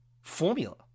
formula